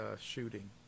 shooting